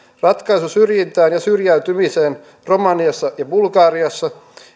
ratkaisu syrjintään ja syrjäytymiseen romaniassa ja bulgariassa